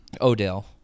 Odell